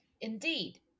Indeed